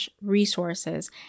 resources